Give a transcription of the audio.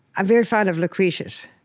i'm very fond of lucretius